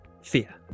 fear